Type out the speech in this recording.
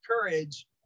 courage